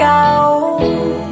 out